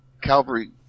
Calvary